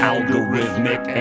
Algorithmic